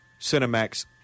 cinemax